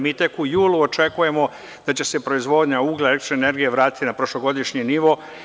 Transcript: Mi tek u julu očekujemo da će se proizvodnja uglja i električne energije vratiti na prošlogodišnji nivo.